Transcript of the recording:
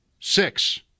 Six